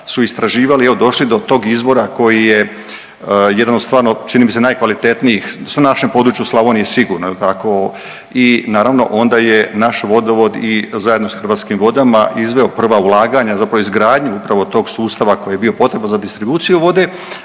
su istraživali i evo došli do tog izvora koji je jedan od stvarno čini mi se najkvalitetnijih, na našem području Slavonije sigurno jel tako i naravno onda je naš vodovod i zajedno s Hrvatskim vodama izveo prva ulaganja zapravo izgradnju upravo tog sustava koji je bio potreban za distribuciju vode,